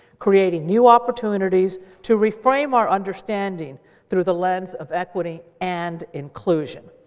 creating new opportunities to reframe our understanding through the lens of equity and inclusion.